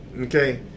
okay